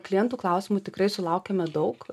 klientų klausimų tikrai sulaukiame daug